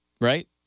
Right